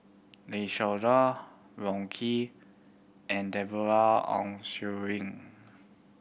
Lim Siong Guan Wong Keen and Deborah Ong